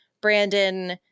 Brandon